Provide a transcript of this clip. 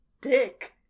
dick